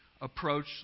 approach